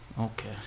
Okay